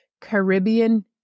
Caribbean